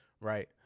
Right